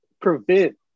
Prevent